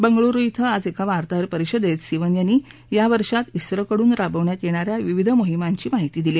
बंगळूरु इथं आज एका वार्ताहर परिषदेत सिवन यांनी या वर्षात इस्रोकडून राबवण्यात येणाऱ्या विविध मोहीमांची माहिती दिली